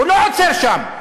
הוא לא עוצר שם.